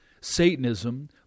Satanism